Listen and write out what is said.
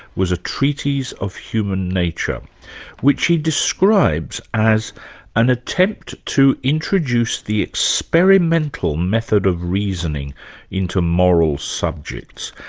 was a treatise of human nature which he describes as an attempt to introduce the experimental method of reasoning into moral subjects.